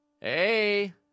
Hey